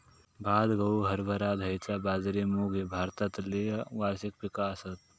भात, गहू, हरभरा, धैंचा, बाजरी, मूग ही भारतातली वार्षिक पिका आसत